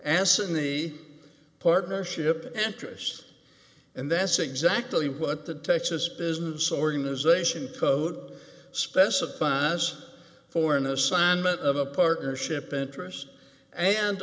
asin the partnership interest and that's exactly what the texas business organization code specifies for an assignment of a partnership interest and